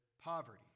poverty